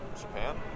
Japan